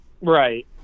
Right